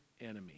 enemy